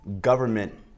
government